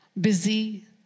busy